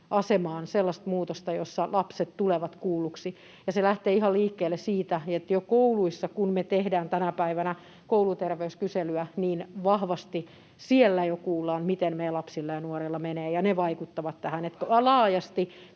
asemaan sellaista muutosta, jossa lapset tulevat kuulluiksi, ja se lähtee liikkeelle ihan siitä, että jo kouluissa, kun me tehdään tänä päivänä kouluterveyskyselyä, vahvasti kuullaan, miten meidän lapsilla ja nuorilla menee, ja se vaikuttaa laajasti